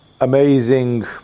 amazing